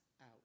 out